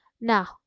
Now